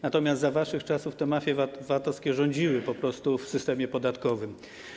Natomiast za waszych czasów to mafie VAT-owskie rządziły po prostu w systemie podatkowym.